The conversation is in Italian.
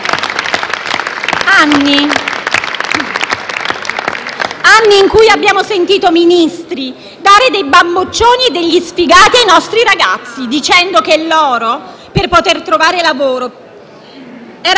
anni in cui abbiamo sentito Ministri dare dei bamboccioni e degli sfigati ai nostri ragazzi, dicendo che per loro, per poter trovare lavoro, era